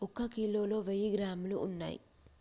ఒక కిలోలో వెయ్యి గ్రాములు ఉన్నయ్